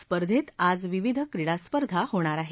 स्पर्धेत आज विविध क्रीडास्पर्धा होणार आहेत